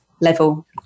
level